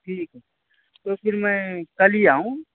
ٹھیک ہے تو پھر میں کل ہی آؤں